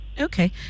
Okay